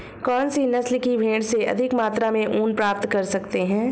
कौनसी नस्ल की भेड़ से अधिक मात्रा में ऊन प्राप्त कर सकते हैं?